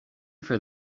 for